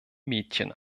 mädchen